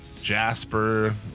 Jasper